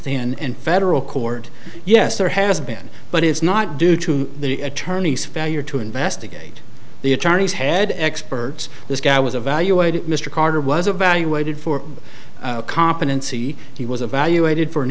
then and federal court yes there has been but it's not due to the attorney's failure to investigate the attorneys had experts this guy was evaluated mr carter was evaluated for competency he was evaluated for an